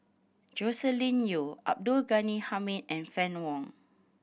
Joscelin Yeo Abdul Ghani Hamid and Fann Wong